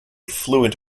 fluent